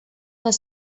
les